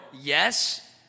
Yes